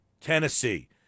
Tennessee